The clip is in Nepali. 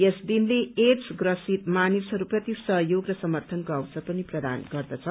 यस दिने एड्स प्रसित मानिसहस्प्रति सहयोग र समर्थनको अवसर पनि प्रदान गर्दछ